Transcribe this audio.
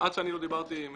עד שאני לא דיברתי עם